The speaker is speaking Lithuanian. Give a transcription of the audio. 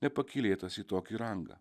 nepakylėtas į tokį rangą